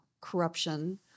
corruption